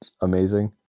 amazing